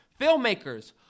Filmmakers